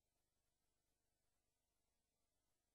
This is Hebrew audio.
חינוך, חינוך.